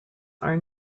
are